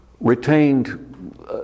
retained